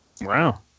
Wow